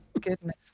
goodness